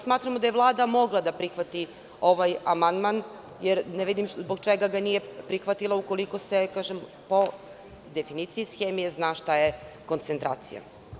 Smatramo da je Vlada mogla da prihvati ovaj amandman, jer ne vidim zbog čega ga nije prihvatila, ukoliko se po definiciji iz hemije zna šta je koncentracija.